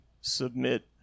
submit